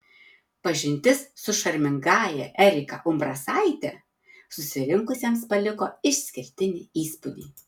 pažintis su šarmingąja erika umbrasaite susirinkusiems paliko išskirtinį įspūdį